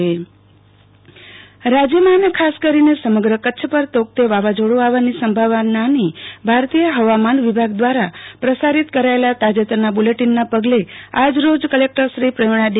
આરતી ભટ કચ્છ જિલ્લામાં તયારી વાવાઝોડું રાજ્યમાં અને ખાસ કરીને સમગ્ર કચ્છ પર તૌકતે વાવાઝોડુ આવવાની સંભાવના ની ભારતીય ફવામાન વિભાગ દ્વારા પ્રસારિત કરાયેલા તાજેતરના બુલેટીનના પગલે આજરોજ કલેક્ટરશ્રી પ્રવિણા ડી